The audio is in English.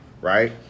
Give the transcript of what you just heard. right